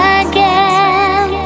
again